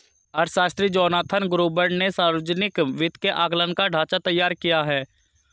अर्थशास्त्री Jonathan Gruber ने सावर्जनिक वित्त के आंकलन का ढाँचा तैयार किया है